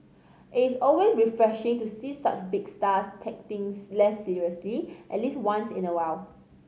it is always refreshing to see such big stars take things less seriously at least once in a while